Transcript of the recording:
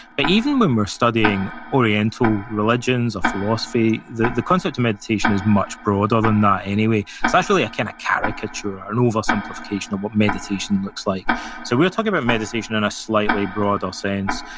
but even when we're studying oriental religions or philosophy, the the concept of meditation is much broader than that anyway. so, that's really a kind of caricature, an over-simplification of what meditation looks like so, we're talking about meditation in a slightly broader sense.